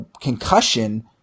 concussion